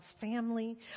family